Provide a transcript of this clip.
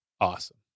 Awesome